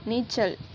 நீச்சல்